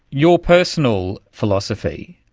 your personal philosophy,